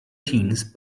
teens